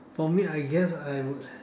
for me I guess I would